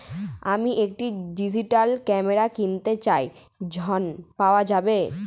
আমি একটি digital camera কিনতে চাই ঝণ পাওয়া যাবে?